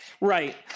Right